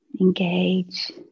engage